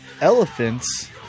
Elephants